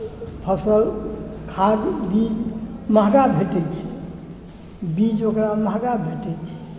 फसल खाद्य बीज महगा भेटै छै बीज ओकरा महगा भेटै छै